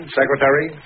secretary